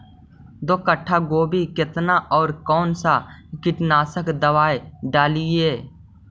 दो कट्ठा गोभी केतना और कौन सा कीटनाशक दवाई डालिए?